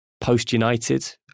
post-United